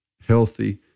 healthy